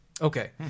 Okay